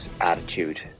attitude